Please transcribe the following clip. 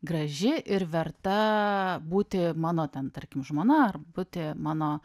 graži ir verta būti mano ten tarkim žmona ar būti mano